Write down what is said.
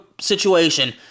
situation